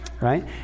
right